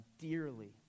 Dearly